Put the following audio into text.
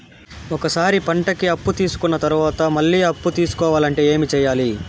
ఒక సారి పంటకి అప్పు తీసుకున్న తర్వాత మళ్ళీ అప్పు తీసుకోవాలంటే ఏమి చేయాలి?